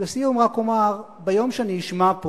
לסיום, רק אומר, ביום שאני אשמע פה